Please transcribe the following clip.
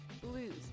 blues